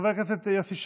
חבר הכנסת יוסי שיין,